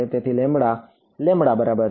તેથી lambda lambda બરાબર છે